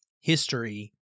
history